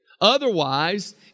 Otherwise